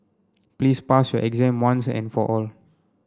please pass your exam once and for all